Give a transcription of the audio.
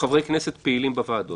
חברי כנסת פעילים בוועדות.